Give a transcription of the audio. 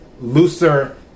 looser